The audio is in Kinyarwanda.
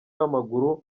w’amaguru